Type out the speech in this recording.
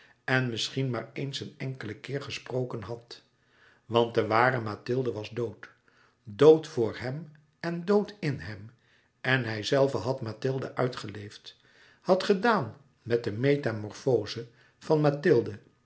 en misschien maar eens een enkelen keer gesproken had want de ware mathilde was dood dood voor hem en dood in hem en hijzelve had mathilde uitgeleefd had gedaan met de metamorfoze van mathilde